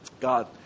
God